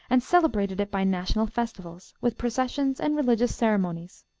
and celebrated it by national festivals, with processions and religious ceremonies.